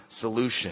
solution